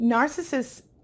Narcissists